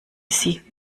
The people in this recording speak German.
sie